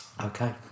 okay